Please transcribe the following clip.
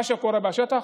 מה שקורה בשטח,